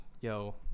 yo